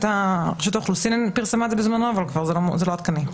רשות האוכלוסין פרסמה את זה בזמנו אבל כבר זה לא עדכני.